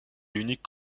l’unique